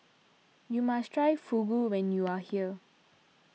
you must try Fugu when you are here